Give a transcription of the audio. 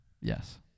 Yes